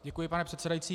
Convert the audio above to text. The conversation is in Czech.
Děkuji, pane předsedající.